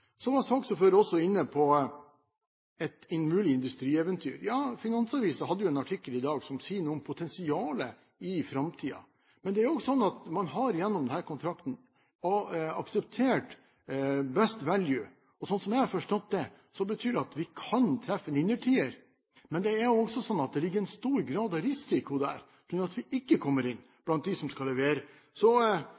Så var saksordføreren også inne på et mulig industrieventyr. Finansavisen har en artikkel i dag som sier noe om potensialet i framtiden. Men det er jo også slik at man gjennom denne kontrakten har akseptert «best value». Slik jeg har forstått det, betyr det at vi kan treffe en innertier. Men det ligger også en stor grad av risiko der, på grunn av at vi ikke kommer inn